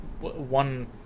one